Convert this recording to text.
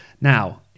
Now